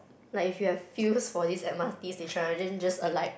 like if you have feels for this M_R_T station right then just alight